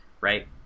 right